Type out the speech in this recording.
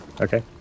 Okay